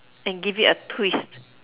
and give it a twist